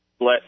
let